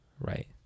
Right